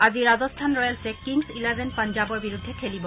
আজি ৰাজস্থান ৰয়েলৰ্ছে kings eleven পাঞ্জাৱৰ বিৰুদ্ধে খেলিব